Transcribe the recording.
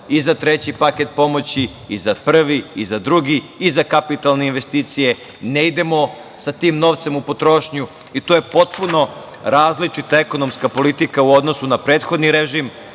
i za treći paket pomoći i za prvi i za drugi i za kapitalne investicije, ne idemo sa tim novcem u potrošnju i to je potpuno različita ekonomska politika u odnosu na prethodni režim,